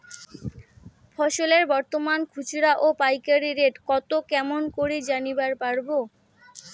ফসলের বর্তমান খুচরা ও পাইকারি রেট কতো কেমন করি জানিবার পারবো?